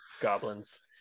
goblins